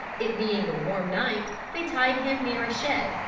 it being a warm night, they tied him near a shed,